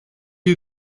you